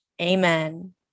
Amen